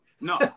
No